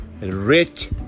rich